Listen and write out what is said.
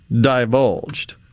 divulged